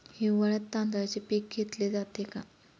हिवाळ्यात तांदळाचे पीक घेतले जाते का?